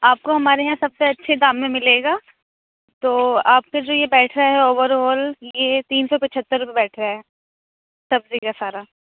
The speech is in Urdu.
آپ کو ہمارے یہاں سب سے اچھے دام میں ملے گا تو آپ پہ جو یہ پیسہ ہے اوور آل یہ تین سو پچہتر روپیے بیٹھ رہے ہے سبزی کا سارا